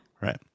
Right